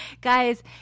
Guys